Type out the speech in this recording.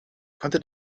konnte